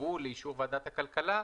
שיובאו לאישור ועדת הכלכלה,